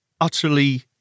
utterly